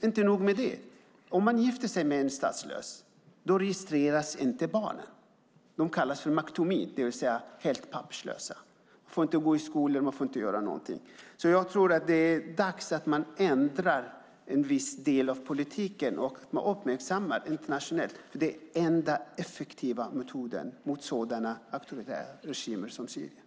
Inte nog med det: Om man gifter sig med en statslös registreras inte ens barn. De kallas för maktomin, det vill säga helt papperslösa. De får inte gå i skolan. De får inte göra någonting. Jag tror att det är dags att man ändrar en del av politiken och uppmärksammar detta internationellt. Det är den enda effektiva metoden mot sådana auktoritära regimer som Syriens.